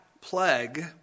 Plague